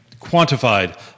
quantified